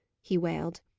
he wailed.